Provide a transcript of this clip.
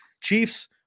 Chiefs